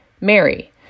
Mary